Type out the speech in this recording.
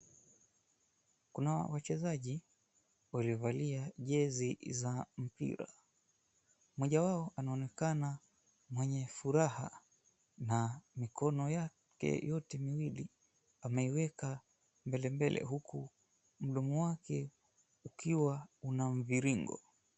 Kuna wachezaji waliovalia jezi za mpira. Mmoja wao anaonekana mwenye furaha na mikono yake yote miwili ameiweka mbele mbele, huku mdomo wake ukiwa una mviringo.